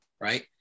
Right